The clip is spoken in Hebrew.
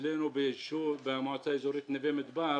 אצלנו במועצה נווה מדבר